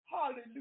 Hallelujah